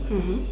mmhmm